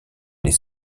les